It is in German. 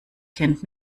kennt